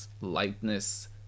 lightness